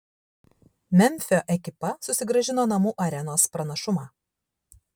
memfio ekipa susigrąžino namų arenos pranašumą